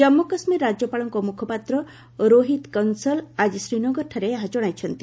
କାନ୍ମୁ କାଶ୍ମୀର ରାଜ୍ୟପାଳଙ୍କ ମୁଖପାତ୍ର ରୋହିତ କଂସଲ୍ ଆଜି ଶ୍ରୀନଗରଠାରେ ଏହା ଜଣାଇଛନ୍ତି